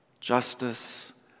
justice